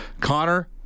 connor